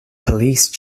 police